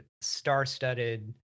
star-studded